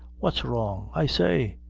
what's wrong, i say?